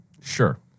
Sure